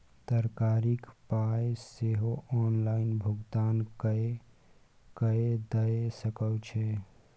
तरकारीक पाय सेहो ऑनलाइन भुगतान कए कय दए सकैत छी